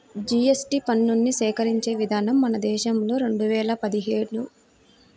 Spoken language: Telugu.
జీఎస్టీ పన్నుని సేకరించే విధానం మన దేశంలో రెండు వేల పదిహేడు నుంచి అమల్లోకి వచ్చింది